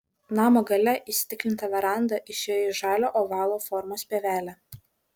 namo gale įstiklinta veranda išėjo į žalią ovalo formos pievelę